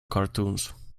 cartoons